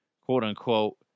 quote-unquote